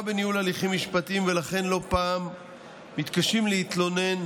בניהול הליכים משפטיים ולכן לא פעם מתקשים להתלונן